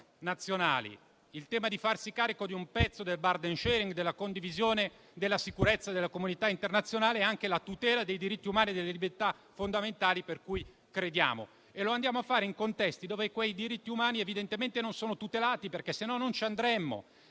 il tema del farci carico di un pezzo del *burden sharing* e della condivisione della sicurezza della comunità internazionale, con la tutela dei diritti umani e delle libertà fondamentali in cui crediamo. Lo andiamo a fare in contesti dove quei diritti umani evidentemente non sono tutelati, perché altrimenti non ci andremmo.